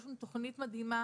יש לנו תוכנית מדהימה